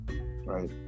Right